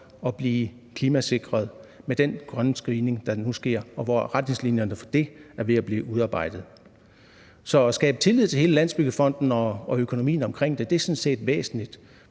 at blive klimasikret med den grønne screening, der nu sker, og hvor retningslinjerne for det er ved at blive udarbejdet. Så at skabe tillid til hele Landsbyggefonden og økonomien omkring den, er sådan set væsentligt,